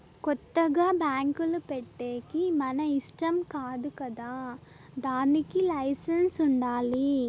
కొత్తగా బ్యాంకులు పెట్టేకి మన ఇష్టం కాదు కదా దానికి లైసెన్స్ ఉండాలి